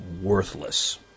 worthless